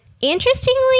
Interestingly